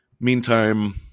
meantime